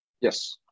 Yes